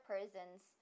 persons